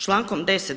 Člankom 10.